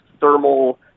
thermal